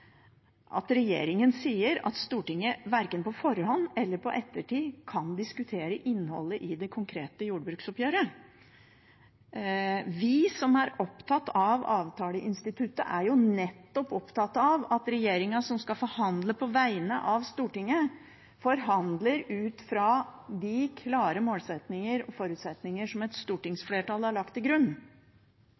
at regjeringen sier at Stortinget verken på forhånd eller i ettertid kan diskutere innholdet i det konkrete jordbruksoppgjøret. Vi som er opptatt av avtaleinstituttet, er nettopp opptatt av at regjeringen som skal forhandle på vegne av Stortinget, forhandle ut fra de klare målsettinger og forutsetninger som et stortingsflertall har lagt til grunn.